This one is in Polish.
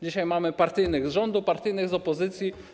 Dzisiaj mamy partyjnych z rządu, partyjnych z opozycji.